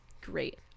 Great